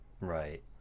Right